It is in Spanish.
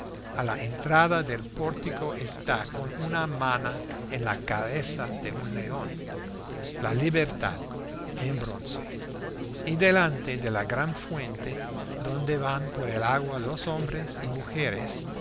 a la entrada del pórtico está con una mano en la cabeza de un león la libertad en bronce y delante de la gran fuente donde van por el agua los hombres y mujeres